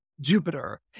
Jupiter